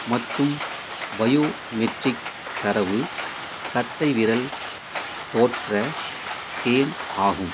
மற்றும் பயோமெட்ரிக் தரவு கட்டைவிரல் தோற்ற ஸ்கேன் ஆகும்